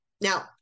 Now